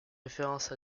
référence